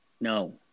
No